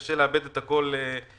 קשה לעבד את הכול ביחד.